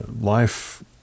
life